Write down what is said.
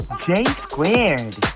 J-squared